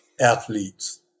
athletes